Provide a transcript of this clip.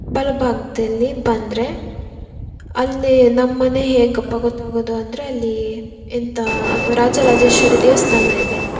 ಬಲ ಭಾಗದಲ್ಲಿ ಬಂದರೆ ಅಲ್ಲೇ ನಮ್ಮ ಮನೆ ಹೇಗಪ್ಪಾ ಗೊತ್ತಾಗೋದು ಅಂದರೆ ಅಲ್ಲಿ ಎಂಥ ರಾಜರಾಜೇಶ್ವರಿ ದೇವಸ್ಥಾನ ಇದೆ